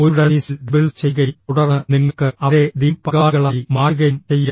ഒരു ടെന്നീസിൽ ഡബിൾസ് ചെയ്യുകയും തുടർന്ന് നിങ്ങൾക്ക് അവരെ ടീം പങ്കാളികളായി മാറ്റുകയും ചെയ്യാം